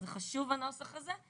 זה חשוב הנוסח הזה,